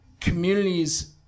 communities